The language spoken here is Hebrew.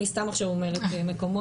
אני סתם עכשיו אומרת מקומות,